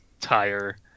tire